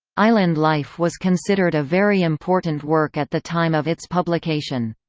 island life was considered a very important work at the time of its publication.